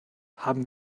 haben